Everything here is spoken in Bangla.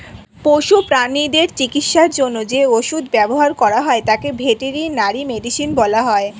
পশু প্রানীদের চিকিৎসার জন্য যে ওষুধ ব্যবহার করা হয় তাকে ভেটেরিনারি মেডিসিন বলা হয়